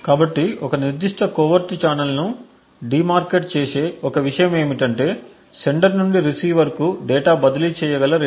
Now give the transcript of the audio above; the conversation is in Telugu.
కాబట్టి ఒక నిర్దిష్ట కోవెర్ట్ ఛానెల్ను డి మార్కెట్ చేసే ఒక విషయం ఏమిటంటే సెండర్ నుండి రిసీవర్కు డేటాను బదిలీ చేయగల రేటు